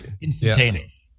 instantaneous